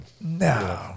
No